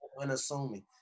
unassuming